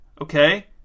okay